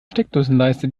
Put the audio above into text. steckdosenleiste